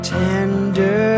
tender